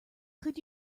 could